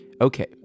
Okay